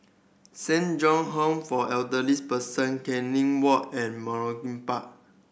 Saint John Home for Elderly Persons Canning Walk and Malcolm Park